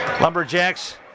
Lumberjacks